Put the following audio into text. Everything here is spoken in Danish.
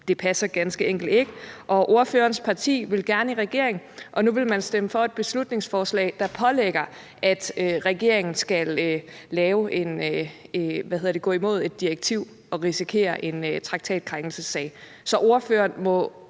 måde, passer ganske enkelt ikke. Og ordførerens parti vil gerne i regering, og nu vil man stemme for et beslutningsforslag, der pålægger, at regeringen skal gå imod et direktiv og risikere en traktatkrænkelsessag. Så ordføreren må